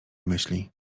myśli